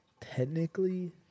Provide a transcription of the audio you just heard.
technically